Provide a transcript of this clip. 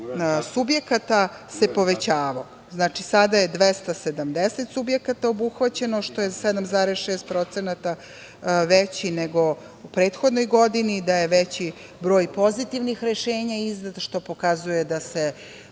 subjekata povećavao. Znači, sada je 270 subjekata obuhvaćeno, što je 7,6% više nego u prethodnoj godini, da je veći broj pozitivnih rešenja izdat, što pokazuje da se